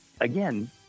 again